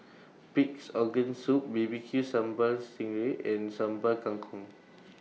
Pig'S Organ Soup B B Q Sambal Sting Ray and Sambal Kangkong